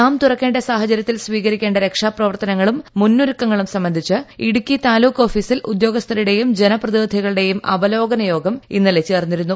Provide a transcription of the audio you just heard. dam തുറക്കേണ്ട സാഹചരൃത്തിൽ സ്വീകരിക്കേണ്ട രക്ഷാപ്രവർത്തനങ്ങളും മുന്നൊരുക്കങ്ങളും സംബന്ധിച്ച് ഇടുക്കി താലൂക്ക് ഓഫീസിൽ ഉദ്യോഗസ്ഥരുടെയും ജനപ്രതിനിധികളുടെയും അവലോകനയോഗം ഇന്നലെ ചേർന്നു